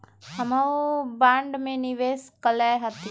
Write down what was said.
हमहुँ बॉन्ड में निवेश कयले हती